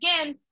again